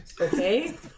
Okay